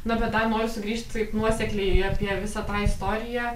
na bet dar noriu sugrįžt taip nuosekliai apie visą tą istoriją